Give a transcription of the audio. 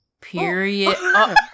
period